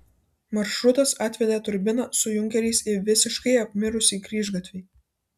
maršrutas atvedė turbiną su junkeriais į visiškai apmirusį kryžgatvį